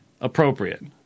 appropriate